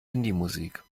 handymusik